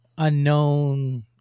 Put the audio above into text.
unknown